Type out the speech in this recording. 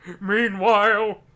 Meanwhile